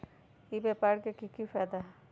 ई व्यापार के की की फायदा है?